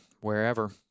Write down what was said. wherever